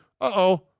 Uh-oh